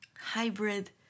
hybrid